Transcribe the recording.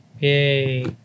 Yay